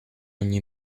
ogni